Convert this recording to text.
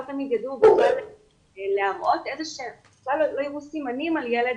לא תמיד הראו סימנים על ילד